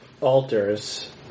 altars